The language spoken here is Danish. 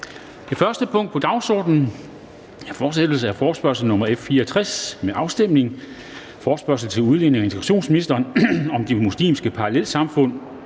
Det første punkt på dagsordenen er: 1) Fortsættelse af forespørgsel nr. F 64 [afstemning]: Forespørgsel til udlændinge- og integrationsministeren om at de muslimske parallelsamfund